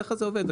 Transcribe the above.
ככה זה עובד,